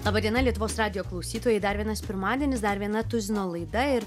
laba diena lietuvos radijo klausytojai dar vienas pirmadienis dar viena tuzino laida ir